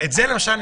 זה למשל,